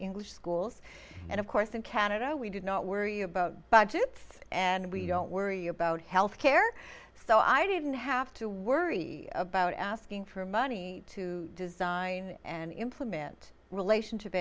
english schools and of course in canada we did not worry about bad and we don't worry about health care so i didn't have to worry about asking for money to design and implement relationship